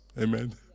Amen